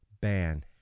ban